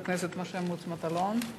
לחבר הכנסת משה מוץ מטלון.